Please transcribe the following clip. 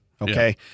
okay